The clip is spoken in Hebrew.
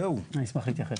אני אשמח להתייחס.